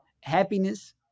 happiness